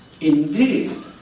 Indeed